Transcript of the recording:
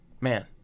man